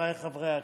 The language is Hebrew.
חבריי חברי הכנסת,